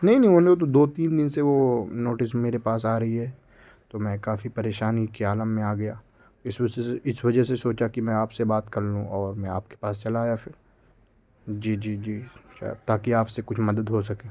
نہیں نہیں وہ لوگ تو دو تین دن سے وہ نوٹس میرے پاس آ رہی ہے تو میں کافی پریشانی کے عالم میں آ گیا اس سے اس وجہ سے سوچا کہ میں آپ سے بات کر لوں اور میں آپ کے پاس چلا آیا پھر جی جی جی شاید تاکہ آپ سے کچھ مدد ہو سکے